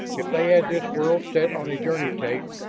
if they had this world set on a journey tape,